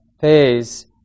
phase